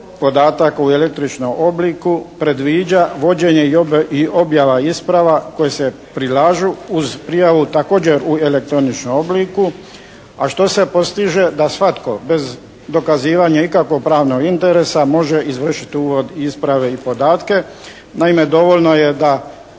uvid u isprave i podatke.